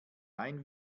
rein